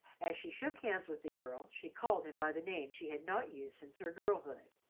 as she shook hands with the earl, she called him by the name she had not used since her girlhood.